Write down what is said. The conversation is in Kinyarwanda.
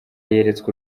yeretswe